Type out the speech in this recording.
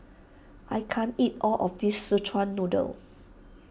I can't eat all of this Szechuan Noodle